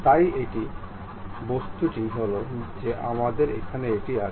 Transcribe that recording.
তাই এই বস্তুটি হল যা আমাদের আছে